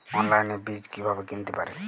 অনলাইনে বীজ কীভাবে কিনতে পারি?